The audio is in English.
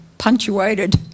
Punctuated